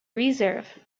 reserve